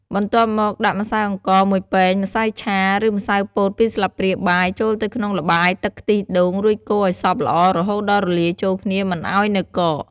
បន្ទាប់មក ដាក់ម្សៅអង្ករ ១ ពែង ម្សៅឆា ឬម្សៅពោត ២ ស្លាបព្រាបាយ ចូលទៅក្នុងល្បាយទឹកខ្ទិះដូង រួចកូរឲ្យសព្វល្អ រហូតដល់រលាយចូលគ្នា មិនឱ្យនៅកក។